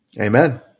Amen